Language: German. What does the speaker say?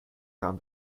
kam